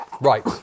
Right